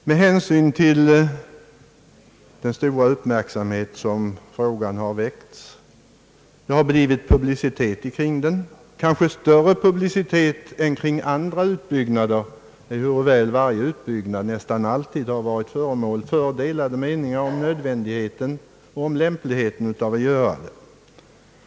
Det har blivit stor publicitet kring denna fråga, kanske större publicitet än kring andra utbyggnader, ehuru väl varje utbyggnad nästan alltid har varit föremål för delade meningar när det gäller nödvändigheten och lämpligheten.